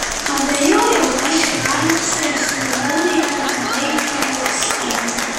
abejojau ar aš aleksui esu daugiau nei trumpalaikė aistra